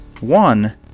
One